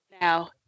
Now